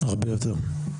הרבה יותר.